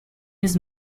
this